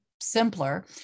simpler